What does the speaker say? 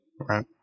Right